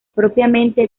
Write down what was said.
propiamente